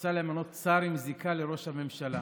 שרוצה למנות שר עם זיקה לראש הממשלה.